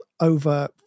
over